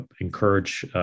encourage